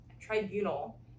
tribunal